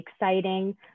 exciting